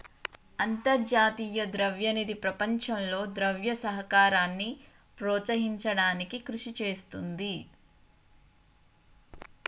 అంతర్జాతీయ ద్రవ్య నిధి ప్రపంచంలో ద్రవ్య సహకారాన్ని ప్రోత్సహించడానికి కృషి చేస్తుంది